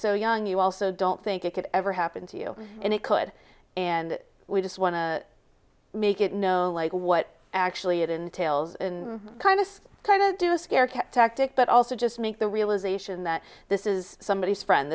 so young you also don't think it could ever happen to you and it could and we just want to make it know what actually it entails and kind of kind of do a scare kept but also just make the realization that this is somebody who's friend